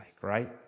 right